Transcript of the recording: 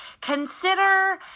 consider